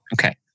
Okay